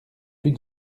plus